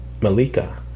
Malika